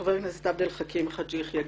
חבר הכנסת עבד אל חכים חאג' יחיא.